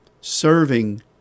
serving